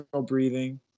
breathing